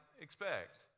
expect